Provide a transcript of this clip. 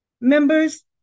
members